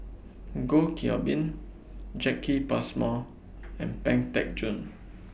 Goh Qiu Bin Jacki Passmore and Pang Teck Joon